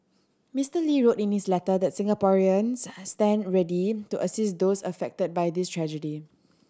Mister Lee wrote in his letter that Singaporean has stand ready to assist those affected by this tragedy